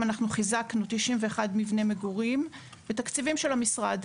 חיזקנו 91 מבני מגורים בתקציבים של המשרד.